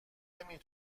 نمی